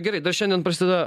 gerai dar šiandien prasideda